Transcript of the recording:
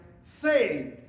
saved